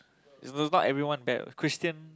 is it's not everyone bad what Christian